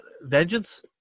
Vengeance